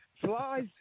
Flies